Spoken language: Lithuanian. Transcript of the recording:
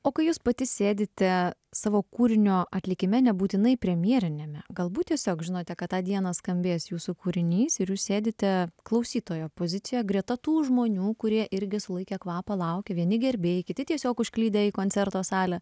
o kai jūs pati sėdite savo kūrinio atlikime nebūtinai premjeriniame galbūt tiesiog žinote kad tą dieną skambės jūsų kūrinys ir jūs sėdite klausytojo poziciją greta tų žmonių kurie irgi sulaikę kvapą laukia vieni gerbėjai kiti tiesiog užklydę į koncerto salę